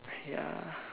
ya